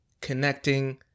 connecting